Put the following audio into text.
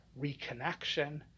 reconnection